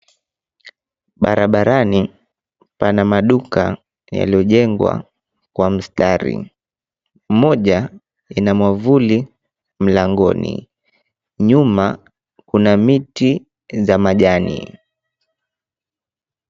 Barabarani pana maduka yaliyojengwa kwa mstari. Mmoja ina mwavuli mlangoni, nyuma kuna miti ya majani.